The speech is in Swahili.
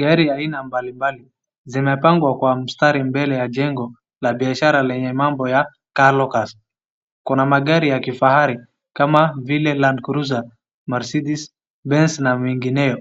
Gari aina mbalimbali zinapangwa kwa mstari mbele ya jengo la biashara lenye mambo ya Car Locus . Kuna magari ya kifahari kama vile Land cruiser, Mercidenz ,Benz na mengineo.